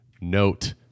note